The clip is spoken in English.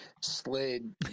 slid